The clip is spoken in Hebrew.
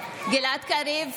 גלעד קריב,